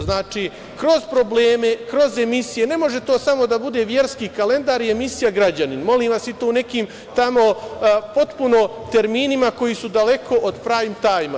Znači, kroz probleme, kroz emisije ne može to samo da bude „Verski kalendar“ i emisija „Građanin“, molim vas, u to u nekim tamo potpuno terminima koji su daleko od prajm tajma.